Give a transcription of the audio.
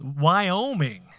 Wyoming